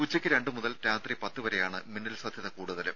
ഉച്ചക്ക് രണ്ട് മുതൽ രാത്രി പത്ത് വരെയാണ് മിന്നൽ സാധ്യത കൂടുതലും